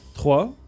Trois